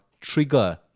trigger